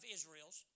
Israel's